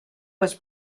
was